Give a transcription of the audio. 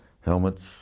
helmets